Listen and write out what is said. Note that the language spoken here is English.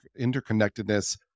interconnectedness